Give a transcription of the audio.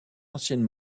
ancienne